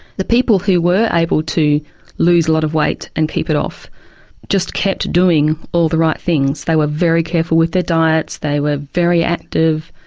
people who were able to lose a lot of weight and keep it off just kept doing all the right things, they were very careful with their diets, they were very active,